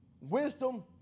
wisdom